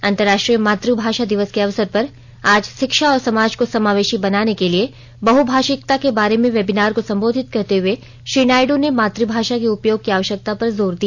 अंतर्राष्ट्रीय मात भाषा दिवस के अवसर पर आज शिक्षा और समाज को समावेशी बनाने के लिए बहभाषिकता के बार्र में वेबिनार को संबोधित करते हुए श्री नायडु ने मातुभाषा के उपयोग के आवश्यकता पर जोर दिया